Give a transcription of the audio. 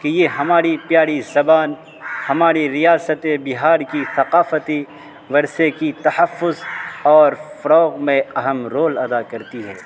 کہ یہ ہماری پیاری زبان ہماری ریاست بہار کی ثقافتی ورثے کی تحفظ اور فروغ میں اہم رول ادا کرتی ہے